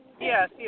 Yes